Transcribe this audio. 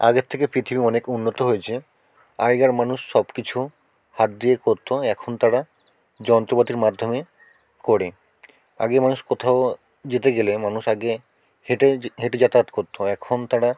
আগের থেকে পৃথিবী অনেক উন্নত হয়েছে আগেকার মানুষ সব কিছু হাত দিয়ে করত এখন তারা যন্ত্রপাতির মাধ্যমে করে আগে মানুষ কোথাও যেতে গেলে মানুষ আগে হেঁটে হেঁটে যাতায়াত করত এখন তারা